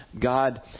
God